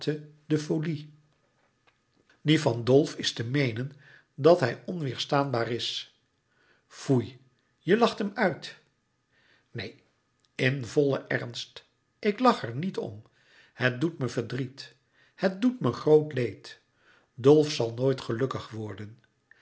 die van dolf is te meenen dat hij onweêrstaanbaar is foei je lacht hem uit neen in vollen ernst ik lach er niét om het doet me verdriet het doet me groot leed dolf zal nooit gelukkig worden